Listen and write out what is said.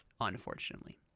unfortunately